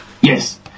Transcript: Yes